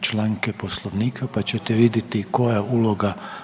članke Poslovnika, pa ćete vidjeti koja uloga